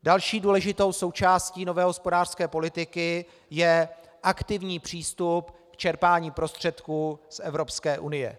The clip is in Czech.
Další důležitou součástí nové hospodářské politiky je aktivní přístup k čerpání prostředků z Evropské unie.